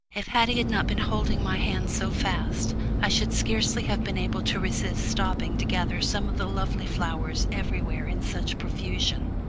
if haddie had not been holding my hand so fast i should scarcely have been able to resist stopping to gather some of the lovely flowers everywhere in such profusion,